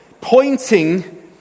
pointing